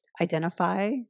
identify